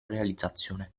realizzazione